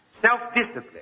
self-discipline